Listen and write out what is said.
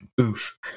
Oof